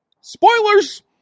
Spoilers